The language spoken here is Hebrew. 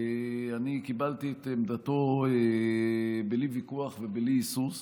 אני קיבלתי את עמדתו בלי ויכוח ובלי היסוס,